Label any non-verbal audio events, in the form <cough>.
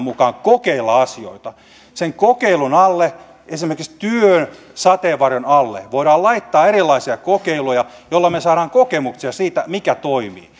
<unintelligible> mukaan kokeilla asioita sen kokeilun alle esimerkiksi työn sateenvarjon alle voidaan laittaa erilaisia kokeiluja joilla me saamme kokemuksia siitä mikä toimii <unintelligible>